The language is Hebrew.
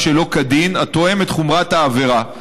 שלא כדין באופן התואם את חומרת העבירה,